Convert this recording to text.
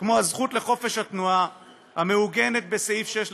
כמו הזכות לחופש התנועה המעוגנת בסעיף 6 לחוק-יסוד: